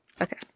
Okay